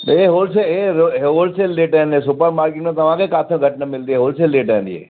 हे wholesale हे wholesale rate आहिनि supermarket में तव्हांखे काथों घटि न मिलंदी होलसेल रेट आहिनि ईअं